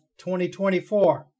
2024